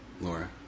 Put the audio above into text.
Laura